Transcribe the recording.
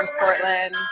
Portland